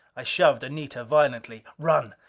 i shoved anita violently. run!